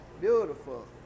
Beautiful